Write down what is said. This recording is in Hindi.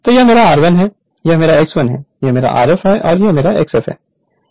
तो यह मेरा r1 है यह मेरा x1 है यह मेरा Rf है और यह मेरा Xf है